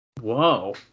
Whoa